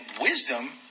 wisdom